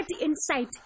inside